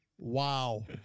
wow